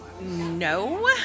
No